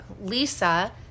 Lisa